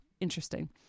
interesting